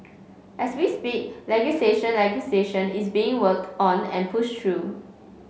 as we speak legislation legislation is being worked on and pushed through